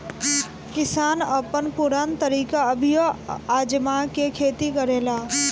किसान अपन पुरान तरीका अभियो आजमा के खेती करेलें